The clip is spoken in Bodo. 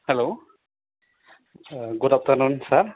हेल्ल' आच्चा गुद आफ्टारनुन सार